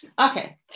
Okay